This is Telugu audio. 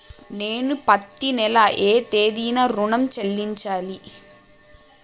నేను పత్తి నెల ఏ తేదీనా ఋణం చెల్లించాలి?